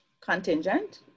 contingent